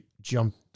jumped